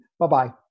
Bye-bye